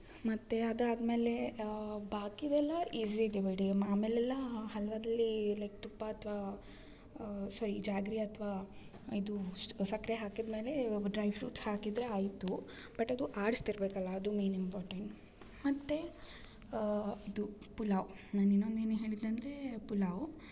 ಮತ್ತು ಅದಾದ್ಮೇಲೇ ಬಾಕಿದೆಲ್ಲ ಈಜಿ಼ ಇದೆ ಬಿಡಿ ಆಮೇಲೆಲ್ಲ ಹಲ್ವಾದಲ್ಲೀ ಲೈಕ್ ತುಪ್ಪ ಅಥ್ವ ಸೊರಿ ಜಾಗ್ರಿ ಅಥ್ವಾ ಇದು ಸಕ್ಕರೆ ಹಾಕಿದ್ಮೇಲೆ ಡ್ರೈ ಫ್ರೂಟ್ಸ್ ಹಾಕಿದ್ರೆ ಆಯಿತು ಬಟ್ ಅದು ಆಡಿಸ್ತಿರ್ಬೇಕಲ್ಲ ಅದು ಮೇಯ್ನ್ ಇಂಪಾರ್ಟೆಂಟ್ ಮತ್ತು ಇದು ಪಲಾವ್ ನಾನು ಇನ್ನೊಂದು ಏನು ಹೇಳಿದೆ ಅಂದರೆ ಪಲಾವ್